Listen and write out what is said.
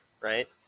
Right